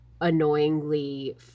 annoyingly